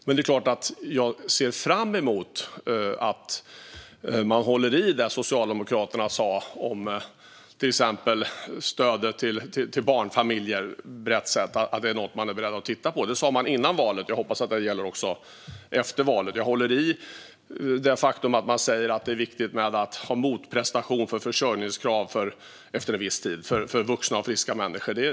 Jag ser såklart fram emot att Socialdemokraterna håller fast vid det de sa om till exempel stödet till barnfamiljer, det vill säga att de är beredda att titta på det. Det sa de före valet, och jag hoppas att det gäller även efter valet. Jag hoppas också att de håller fast vid det de säger om att det är viktigt med motprestation för försörjningsstöd efter en viss tid när det gäller vuxna, friska människor.